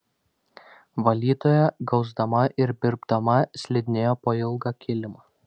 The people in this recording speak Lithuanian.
valytoja gausdama ir birbdama slidinėjo po ilgą kilimą